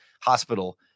hospital